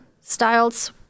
styles